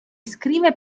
scrive